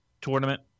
tournament